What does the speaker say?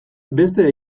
beste